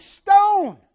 stone